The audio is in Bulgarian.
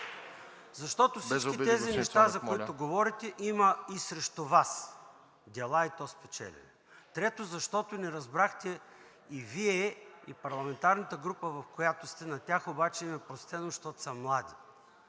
защото всички тези неща, за които говорите, има и срещу Вас дела, и то спечелени. Трето, защото не разбрахте и Вие, и парламентарната група, в която сте. На тях обаче им е простено, защото са млади